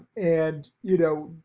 and you know,